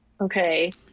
okay